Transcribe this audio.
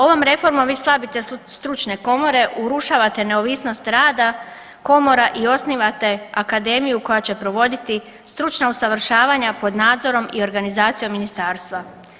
Ovom reformom vi slabite stručne komore, urušavate neovisnost rada komora i osnivate akademiju koja će provoditi stručna usavršavanja pod nadzorom i organizacijom ministarstva.